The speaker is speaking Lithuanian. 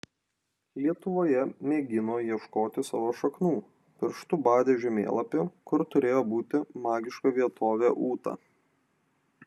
lietuvoje mėgino ieškoti savo šaknų pirštu badė žemėlapį kur turėjo būti magiška vietovė ūta